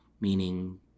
meaning